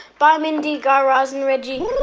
bye, mindy, guy raz and reggie